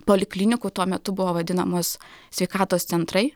poliklinikų tuo metu buvo vadinamos sveikatos centrai